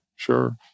Sure